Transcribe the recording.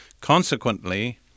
Consequently